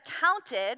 counted